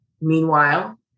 meanwhile